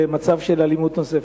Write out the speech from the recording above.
למצב של אלימות נוספת.